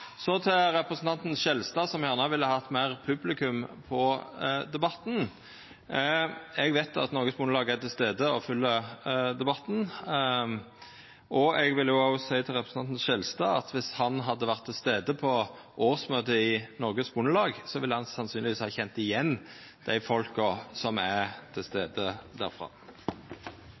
Så til representanten Skjelstad, som gjerne ville hatt meir publikum til debatten. Eg veit at Norges Bondelag er til stades og følgjer debatten. Eg vil òg seia til representanten Skjelstad at om han hadde vore på årsmøtet i Norges Bondelag, ville han sannsynlegvis ha kjent igjen dei folka som er til